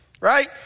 right